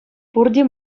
пурте